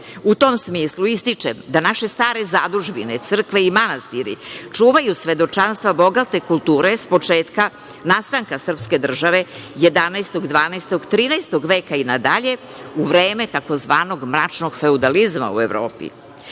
U tom smislu, ističem da naše stare zadužbine, crkve i manastiri, čuvaju svedočanstva bogate kulture s početka nastanka srpske države, 11, 12, 13. veka i nadalje, u vreme tzv. mračnog feudalizma u Evropi.